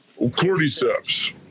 cordyceps